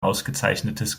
ausgezeichnetes